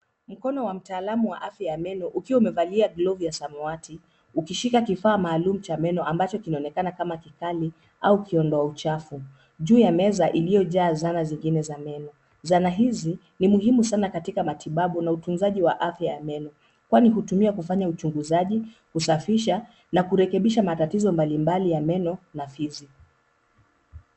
Mkono wa mtaalamu wa afya ya meno, ukiwa umevalia glovu ya samawati, ukishika kifaa maalum cha meno ambacho kinaonekana kama kikali, au kiondoa uchafu, juu ya meza iliyojaa zana zingine za meno. Zana hizi, ni muhimu sana katika matibabu na utunzaji wa afya ya meno. Kwani hutumia kufanya uchunguzaji, kusafisha, na kurekebisha matatizo mbalimbali ya meno, na fizi.